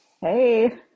Hey